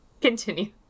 Continue